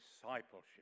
discipleship